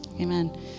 Amen